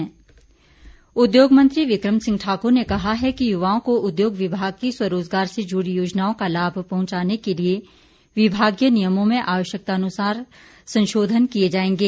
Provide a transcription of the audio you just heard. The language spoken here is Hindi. बिकम ठाकुर उद्योग मंत्री बिक्रम सिंह ठाकुर ने कहा है कि युवाओं को उद्योग विभाग की स्वरोजगार से जुड़ी योजनाओं का लाभ पहुंचाने के लिए विभागीय नियमों में आवश्यकतानुसार संशोधन किए जाएंगे